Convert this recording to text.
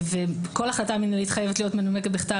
כל החלטה מנהלית חייבת להיות מנומקת בכתב,